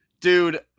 dude